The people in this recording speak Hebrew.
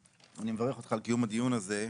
אני מברך אותך על קיום הדיון הזה,